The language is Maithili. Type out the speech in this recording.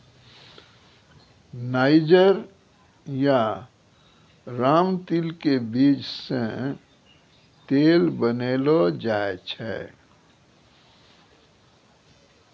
नाइजर या रामतिल के बीज सॅ तेल बनैलो जाय छै